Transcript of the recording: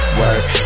work